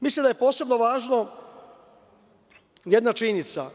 Mislim da je posebno važna jedna činjenica.